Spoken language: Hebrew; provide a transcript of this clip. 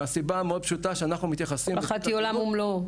מהסיבה המאוד פשוטה שאנחנו מתייחסים -- פחדתי עולם ומלואו.